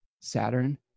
Saturn